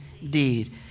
indeed